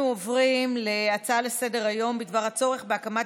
אנחנו עוברים להצעה לסדר-היום בנושא: הצורך בהקמת